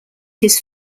his